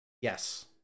Yes